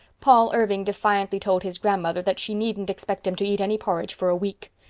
paul irving defiantly told his grandmother that she needn't expect him to eat any porridge for a week.